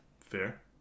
Fair